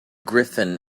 griffin